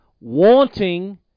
wanting